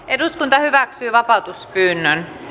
eduskunta hyväksyi vapautuspyynnön